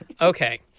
Okay